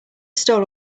stole